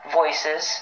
voices